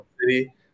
city